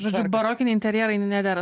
žodžiu barokiniai interjerai nedera